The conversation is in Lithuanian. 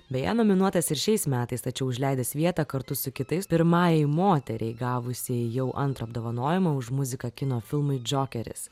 beje nominuotas ir šiais metais tačiau užleidęs vietą kartu su kitais pirmajai moteriai gavusiai jau antrą apdovanojimą už muziką kino filmui džokeris